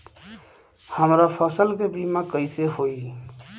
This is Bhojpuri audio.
हमरा फसल के बीमा कैसे होई?